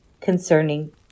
concerning